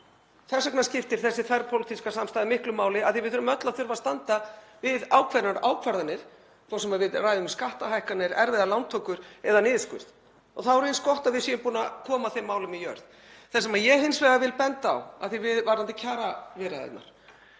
Þess vegna skiptir þessi þverpólitíska samstaða miklu máli, af því að við munum öll þurfa að standa við ákveðnar ákvarðanir, hvort sem við ræðum um skattahækkanir, erfiðar lántökur eða niðurskurð, og þá er eins gott að við séum búin að koma þeim málum í jörð. Það sem ég hins vegar vil benda á varðandi kjaraviðræðurnar,